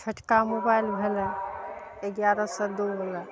छोटका मोबाइल भेलय एगारह सओ दू मे